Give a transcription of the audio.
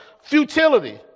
futility